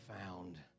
found